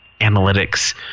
analytics